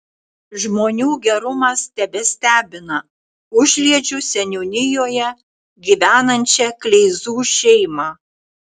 žmonių gerumas tebestebina užliedžių seniūnijoje gyvenančią kleizų šeimą